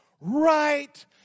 right